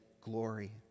glory